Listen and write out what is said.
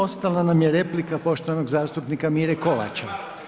Ostala nam je replika poštovanog zastupnika Mire Kovača.